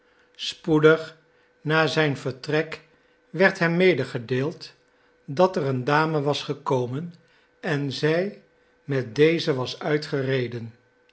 spoedig na zijn vertrek werd hem medegedeeld dat er een dame was gekomen en zij met deze was uitgereden